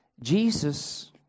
Jesus